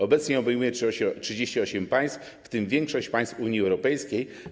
Obecnie obejmuje 38 państw, w tym większość państw Unii Europejskiej.